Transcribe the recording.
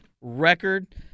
record